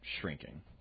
shrinking